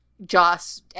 Joss